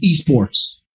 esports